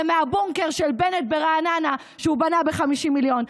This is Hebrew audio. מהבונקר של בנט ברעננה שהוא בנה ב-50 מיליון.